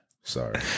Sorry